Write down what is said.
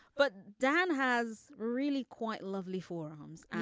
but dan has really quite lovely forearms.